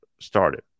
started